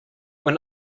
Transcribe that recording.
when